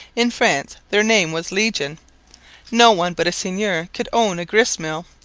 in france their name was legion no one but a seigneur could own a grist-mill,